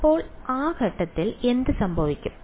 അപ്പോൾ ആ ഘട്ടങ്ങളിൽ എന്ത് സംഭവിക്കും